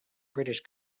british